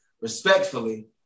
respectfully